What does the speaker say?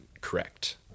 correct